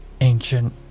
ancient